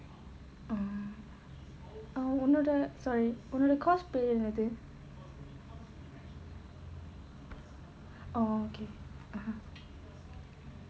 oh உன்னோட:unnoda sorry உன்னோட:unnoda oo பேரு என்னது:peru ennathu oh okay okay